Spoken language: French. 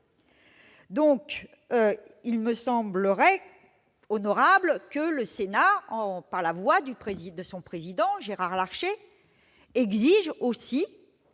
». Il me semblerait donc honorable que le Sénat, par la voix de son président, Gérard Larcher, exige aussi